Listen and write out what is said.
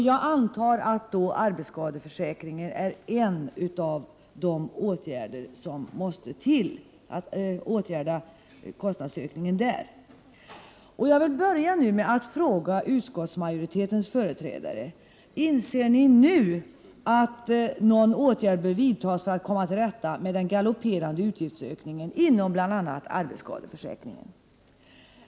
Jag antar att kostnadsökningen för arbetsskadeförsäkringar är en av de saker som kommer att åtgärdas.